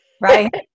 Right